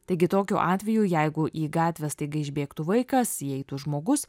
taigi tokiu atveju jeigu į gatvę staiga išbėgtų vaikas jei tu žmogus